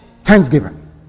Thanksgiving